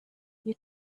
you